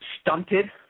Stunted